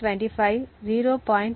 25 0